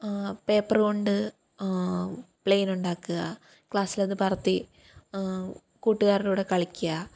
പേപ്പറുകൊണ്ട് പ്ലെയിനുണ്ടാക്കുക ക്ലാസ്സിലത് പറത്തി കൂട്ടുകാരുടെ കൂടെ കളിക്കുക